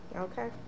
Okay